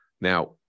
Now